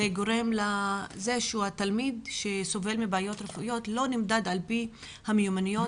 זה גורם לכך שתלמיד שסובל מבעיות רפואיות לא נמדד לפי המיומנויות